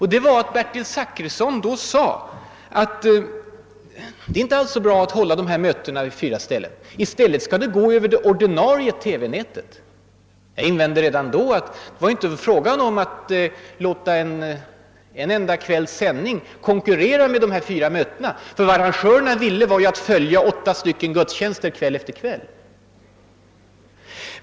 Herr Zachrisson sade tidigare att det inte alls var bra att hålla de här mötena på fyra ställen; i stället skulle något program gå över det ordinarie TV-nätet. Jag invände redan då att det inte var fråga om att låta en enda kvälls sändning konkurrera med dessa fyra möten. Vad arrangörerna ville var ju att följa upp åtta gudstjänster kväll efter kväll.